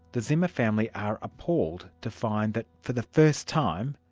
the zimmer family are appalled to find that for the first time,